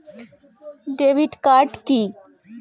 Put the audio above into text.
Debit card key?